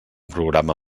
programa